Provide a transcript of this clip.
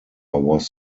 was